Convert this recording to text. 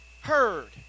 heard